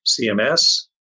CMS